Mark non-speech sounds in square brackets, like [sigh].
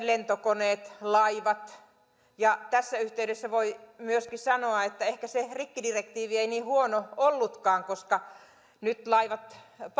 [unintelligible] lentokoneissa laivoissa tässä yhteydessä voi myöskin sanoa että ehkä se rikkidirektiivi ei niin huono ollutkaan koska nyt laivat